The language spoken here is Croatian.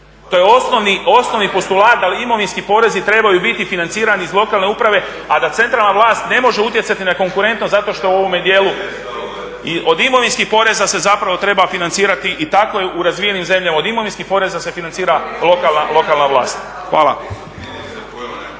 to je osnovni postulat, ali imovinski porezi trebaju biti financirani iz lokalne uprave, a da centralna vlast ne može utjecati na konkurentnost zato što u ovome dijelu od imovinskih poreza se treba financirati i tako je u razvijenim zemljama od imovinskih poreza se financira lokalna vlast. Hvala.